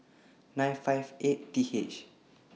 nine hundred and fifty eightth